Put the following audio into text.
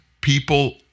people